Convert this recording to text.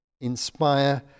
inspire